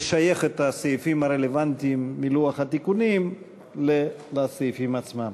לשייך את הסעיפים הרלוונטיים מלוח התיקונים לסעיפים עצמם.